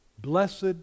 blessed